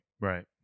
Right